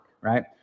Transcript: right